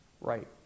right